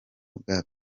bwa